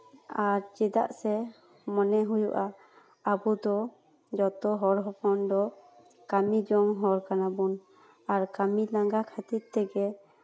ᱟᱨ ᱪᱮᱫᱟᱜ ᱥᱮ ᱢᱚᱱᱮ ᱦᱩᱭᱩᱜᱼᱟ ᱟᱵᱚᱫᱚ ᱡᱚᱛᱚ ᱦᱚᱲ ᱦᱚᱯᱚᱱ ᱫᱚ ᱠᱟᱹᱢᱤ ᱡᱚᱝ ᱦᱚᱲ ᱠᱟᱱᱟᱵᱚᱱ ᱟᱨ ᱠᱟᱹᱢᱤ ᱞᱟᱝᱜᱟ ᱠᱷᱟᱹᱛᱤᱨ ᱛᱮᱜᱮ